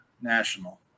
National